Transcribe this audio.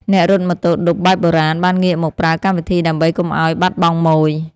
អ្នករត់ម៉ូតូឌុបបែបបុរាណ បានងាកមកប្រើកម្មវិធីដើម្បីកុំឱ្យបាត់បង់ម៉ូយ។